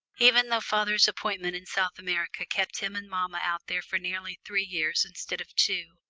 even though father's appointment in south america kept him and mamma out there for nearly three years instead of two,